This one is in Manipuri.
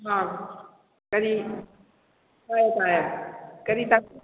ꯀꯔꯤ ꯍꯥꯏꯌꯣ ꯇꯥꯏꯑꯦ ꯀꯔꯤ ꯇꯥꯛꯄꯤ